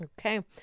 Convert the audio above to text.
Okay